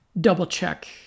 double-check